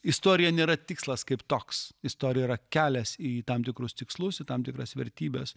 istorija nėra tikslas kaip toks istorija yra kelias į tam tikrus tikslus tam tikras vertybes